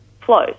flows